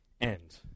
end